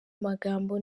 magambo